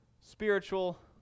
spiritual